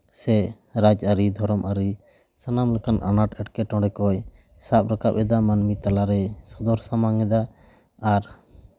ᱥᱮ ᱨᱟᱡᱽᱟᱹᱨᱤ ᱫᱷᱚᱨᱚᱢ ᱟᱹᱨᱤ ᱥᱟᱱᱟᱢ ᱞᱮᱠᱟᱱ ᱟᱱᱟᱴ ᱮᱸᱴᱠᱮᱴᱚᱬᱮ ᱠᱚᱭ ᱥᱟᱵ ᱨᱟᱠᱟᱵ ᱮᱫᱟ ᱢᱟᱹᱱᱢᱤ ᱛᱟᱞᱟ ᱨᱮᱭ ᱥᱚᱫᱚᱨ ᱥᱟᱢᱟᱝ ᱮᱫᱟ ᱟᱨ